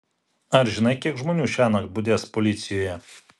ar žinai kiek žmonių šiąnakt budės policijoje